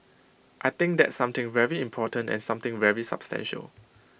I think that's something very important and something very substantial